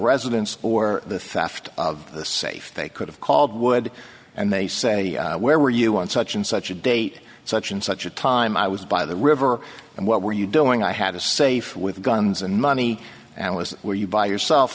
residence or the faffed of the safe they could have called would and they say where were you on such and such a date such and such a time i was by the river and what were you doing i had a safe with guns and money and was were you by yourself